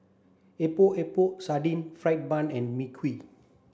Epok Epok Sardin Fried Bun and Mui Kee